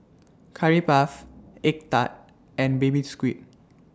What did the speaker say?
Curry Puff Egg Tart and Baby Squid